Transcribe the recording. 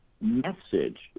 message